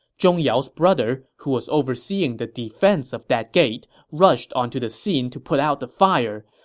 zhong yao's brother, who was overseeing the defense of that gate, rushed onto the scene to put out the fire,